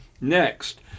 Next